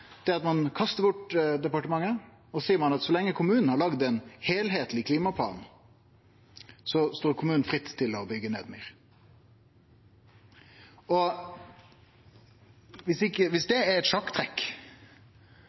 er at ein kastar bort departementet og seier at så lenge kommunen har laga ein heilskapleg klimaplan, står kommunen fritt til å byggje ned myr. Viss det er eit sjakktrekk,